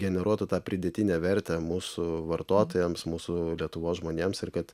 generuotų tą pridėtinę vertę mūsų vartotojams mūsų lietuvos žmonėms ir kad